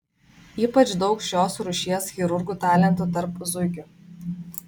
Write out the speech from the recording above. ypač daug šios rūšies chirurgų talentų tarp zuikių